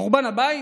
חורבן הבית?